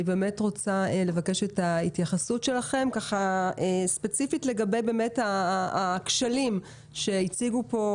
אני רוצה לבקש את ההתייחסות שלכם ספציפית לגבי הכשלים שהציגו כאן,